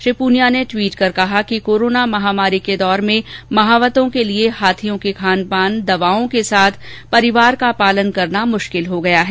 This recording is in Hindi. श्री पूनिया ने दविट कर कहा कि कोरोना महामारी के दौर में महावतों के लिए हाथियों के खान पान दवाओं के साथ परिवार का पालना करना मुश्किल हो गया है